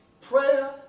Prayer